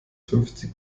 fünfzig